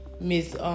Miss